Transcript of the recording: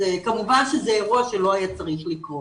כמובן שזה אירוע שלא היה צריך לקרות.